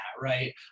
right